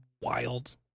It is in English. wild